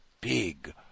big